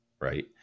Right